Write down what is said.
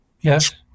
yes